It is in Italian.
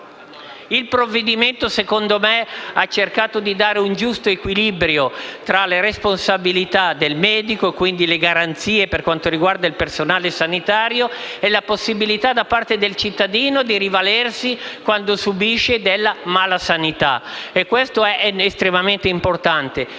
Il provvedimento, secondo me, ha cercato di trovare un giusto equilibrio tra le responsabilità del medico, quindi le garanzie per quanto riguarda il personale sanitario, e la possibilità da parte del cittadino di rivalersi quando subisce della malasanità. E questo è estremamente importante.